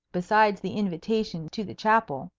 besides the invitation to the chapel,